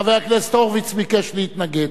חבר הכנסת הורוביץ ביקש להתנגד.